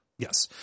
Yes